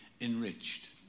enriched